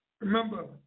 Remember